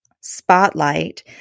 spotlight